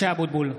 (קורא בשמות חברי הכנסת) משה אבוטבול,